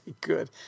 good